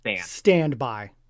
standby